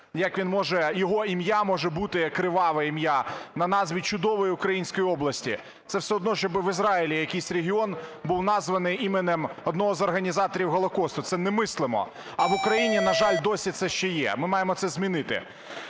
як його ім'я може бути, криваве ім'я, на назві чудової української області. Це все одно, щоби в Ізраїлі якийсь регіон був названий іменем одного з організаторів Голокосту, це немислимо. А в Україні, на жаль, досі це ще є, ми маємо це змінити.